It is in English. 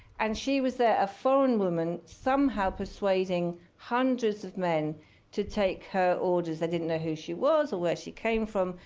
and she was there, a foreign woman, somehow persuading hundreds of men to take her orders. they didn't know who she was or where she came from.